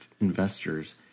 investors